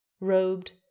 robed